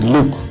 Look